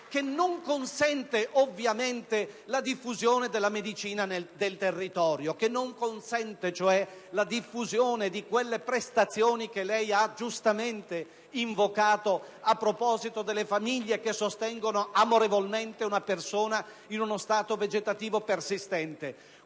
che ovviamente non consente la diffusione della medicina nel territorio e la diffusione di quelle prestazioni che lei ha giustamente invocato a proposito delle famiglie che sostengono amorevolmente una persona in uno stato vegetativo persistente.